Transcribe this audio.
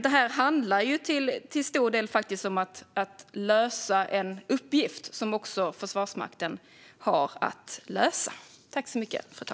Det handlar till stor del om att lösa en uppgift, och det har Försvarsmakten att göra.